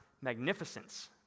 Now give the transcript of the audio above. magnificence